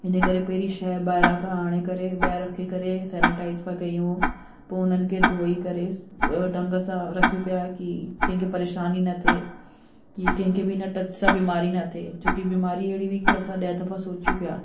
इन करे पहिरीं शइ ॿाहिरां खां आणे करे ॿाहिरि रखी करे सैनिटाइज था कयूं पोइ उन्हनि खे धोई करे ढंग सां रखूं पिया की कंहिंखे परेशानी न थिए की कंहिंखे बि हिन टच सां बीमारी न थिए छो की बीमारी अहिड़ी हुई की असां ॾह दफ़ा सोचियूं पिया